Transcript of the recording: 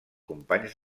companys